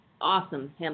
awesome